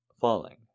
falling